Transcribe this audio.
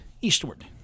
eastward